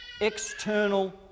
external